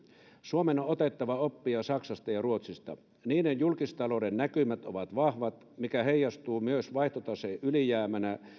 suomen on otettava oppia saksasta ja ruotsista niiden julkistalouden näkymät ovat vahvat mikä heijastuu myös vaihtotaseen ylijäämänä